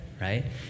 right